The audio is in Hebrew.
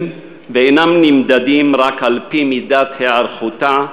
ואינם נמדדים רק על-פי מידת היערכותה,